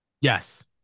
Yes